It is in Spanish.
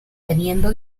teniendo